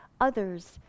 others